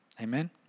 Amen